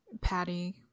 Patty